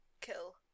kill